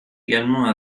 également